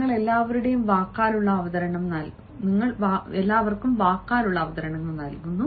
നിങ്ങൾ എല്ലാവരും വാക്കാലുള്ള അവതരണം നൽകുന്നു